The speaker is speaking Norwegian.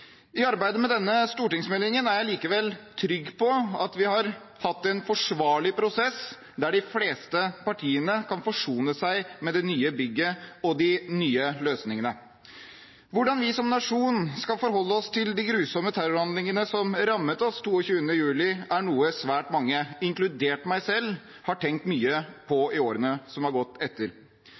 I arbeidet med denne stortingsmeldingen er jeg likevel trygg på at vi har hatt en forsvarlig prosess, der de fleste partiene kan forsone seg med det nye bygget og de nye løsningene. Hvordan vi som nasjon skal forholde oss til de grusomme terrorhandlingene som rammet oss 22. juli, er noe svært mange, inkludert meg selv, har tenkt mye på i årene som har gått